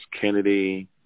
Kennedy